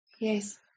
Yes